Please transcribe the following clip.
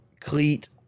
Cleat